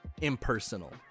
impersonal